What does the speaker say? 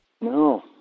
No